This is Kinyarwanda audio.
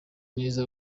neza